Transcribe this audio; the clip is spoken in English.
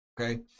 okay